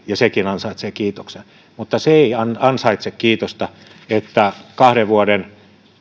ja sekin ansaitsee kiitoksen mutta se ei ansaitse kiitosta että kahden vuoden